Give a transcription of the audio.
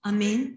Amen